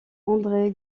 andré